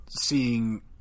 seeing